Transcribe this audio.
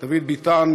דוד ביטן,